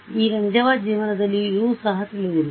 ಈಗ ನಿಜ ಜೀವನದಲ್ಲಿಯೂ U ಸಹ ತಿಳಿದಿಲ್ಲ